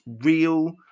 real